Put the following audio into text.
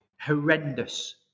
horrendous